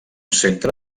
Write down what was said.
centre